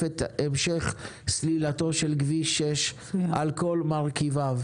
את המשך סלילתו של כביש 6 על כל מרכיביו.